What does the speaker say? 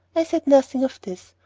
i said nothing of this,